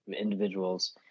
individuals